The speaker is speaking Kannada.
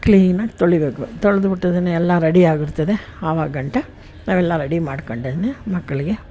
ಕ್ಲೀನಾಗಿ ತೊಳಿಬೇಕು ತೊಳ್ದು ಬಿಟ್ಟು ಅದನ್ನೆಲ್ಲ ರೆಡಿಯಾಗಿರ್ತದೆ ಆವಗಂಟ ನಾವೆಲ್ಲ ರೆಡಿ ಮಾಡ್ಕೊಂಡೇ ಮಕ್ಕಳಿಗೆ